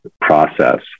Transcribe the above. process